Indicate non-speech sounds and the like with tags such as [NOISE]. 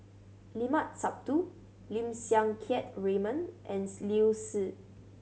Limat Sabtu Lim Siang Keat Raymond and [UNINTELLIGIBLE] Liu Si